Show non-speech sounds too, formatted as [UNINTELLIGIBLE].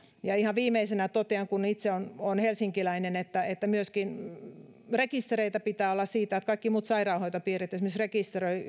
ihan viimeisenä totean kun itse olen helsinkiläinen että että myöskin rekistereitä pitää olla kaikki muut sairaanhoitopiirit rekisteröivät [UNINTELLIGIBLE]